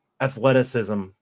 athleticism